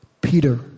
Peter